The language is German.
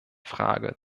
frage